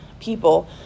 people